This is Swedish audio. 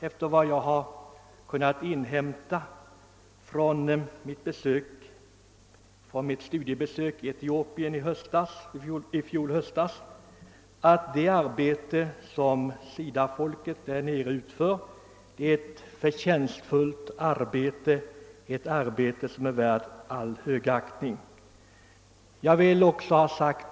Efter vad jag kunde inhämta vid mitt studiebesök i Etiopien i fjol höst är det arbete som SIDA:s personal utför där nere förtjänstfullt och värt all högaktning.